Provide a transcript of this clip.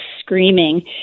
screaming